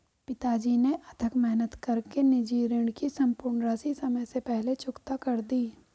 पिताजी ने अथक मेहनत कर के निजी ऋण की सम्पूर्ण राशि समय से पहले चुकता कर दी